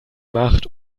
macht